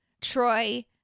troy